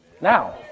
Now